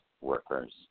workers